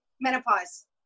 menopause